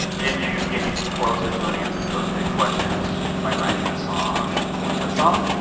did you get any closer to an answer to those big questions by writing the song and recording the song?